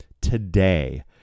today